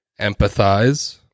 empathize